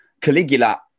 Caligula